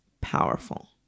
powerful